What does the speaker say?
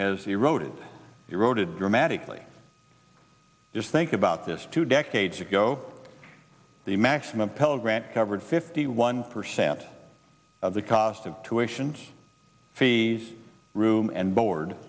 has eroded eroded dramatically just think about this two decades ago the maximum pell grant covered fifty one percent of the cost of tuition fees room and board